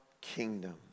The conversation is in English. kingdom